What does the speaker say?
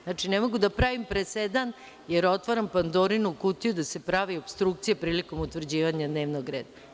Znači, ne mogu da pravim presedan, jer otvaram Pandorinu kutiju gde se pravi opstrukcija prilikom utvrđivanja dnevnog reda.